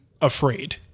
afraid